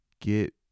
Get